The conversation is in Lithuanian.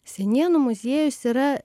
senienų muziejus yra